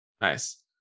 Nice